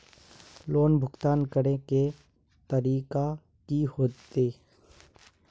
Loan भुगतान करे के तरीका की होते?